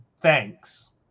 thanks